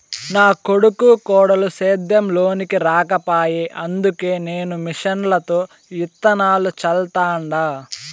నా కొడుకు కోడలు సేద్యం లోనికి రాకపాయె అందుకే నేను మిషన్లతో ఇత్తనాలు చల్లతండ